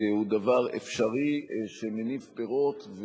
הוא דבר אפשרי שמניב פירות.